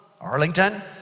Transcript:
Arlington